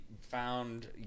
found